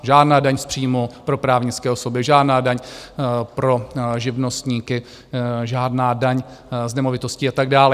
Žádná daň z příjmu pro právnické osoby, žádná daň pro živnostníky, žádná daň z nemovitostí a tak dále.